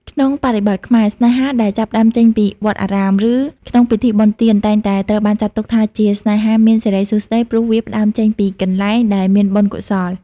ក្នុងបរិបទខ្មែរ ស្នេហាដែលចាប់ផ្ដើមចេញពីវត្តអារាម ឬក្នុងពិធីបុណ្យទាន តែងតែត្រូវបានចាត់ទុកថាជា "ស្នេហាមានសិរីសួស្តី" ព្រោះវាផ្ដើមចេញពីកន្លែងដែលមានបុណ្យកុសល។